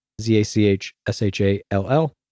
Z-A-C-H-S-H-A-L-L